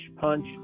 punch